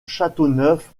châteauneuf